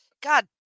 God